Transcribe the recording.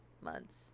months